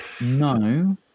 No